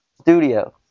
studio